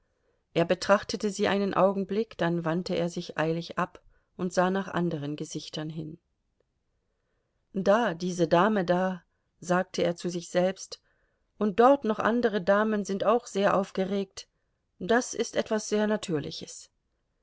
er betrachtete sie einen augenblick dann wandte er sich eilig ab und sah nach anderen gesichtern hin da diese dame da sagte er zu sich selbst und dort noch andere damen sind auch sehr aufgeregt das ist etwas sehr natürliches